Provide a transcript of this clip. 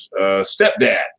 stepdad